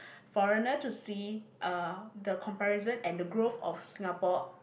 foreigner to see uh the comparison and the growth of Singapore